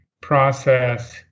process